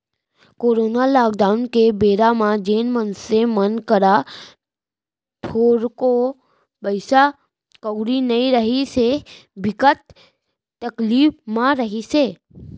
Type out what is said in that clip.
corona lockdown के बेरा म जेन मनसे मन करा थोरको पइसा कउड़ी नइ रिहिस हे, बिकट तकलीफ म रिहिस हे